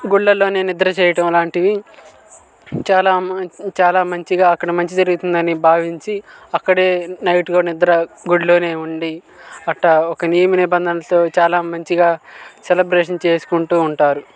గుడ్లలోనే నిద్రచేయటం లాంటివి చాలా చాలా మంచిగా అక్కడ మంచి జరుగుతుందని భావించి అక్కడే నైట్లో నిద్ర గుడిలోనే ఉండి అట్టా ఒక నియమనిబంధనలతో చాలా మంచిగా సెలబ్రేషన్ చేసుకుంటూ ఉంటారు